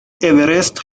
اورست